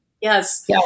yes